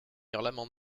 l’amendement